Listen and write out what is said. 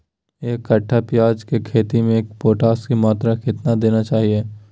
एक कट्टे प्याज की खेती में पोटास की मात्रा कितना देना चाहिए?